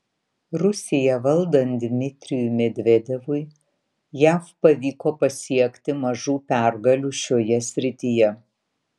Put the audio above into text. rusiją valdant dmitrijui medvedevui jav pavyko pasiekti mažų pergalių šioje srityje